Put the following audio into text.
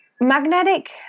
Magnetic